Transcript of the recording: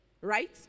Right